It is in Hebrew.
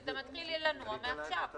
שזה מתחיל לנוע מעכשיו.